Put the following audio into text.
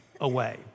away